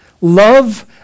Love